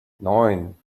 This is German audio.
neun